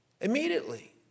immediately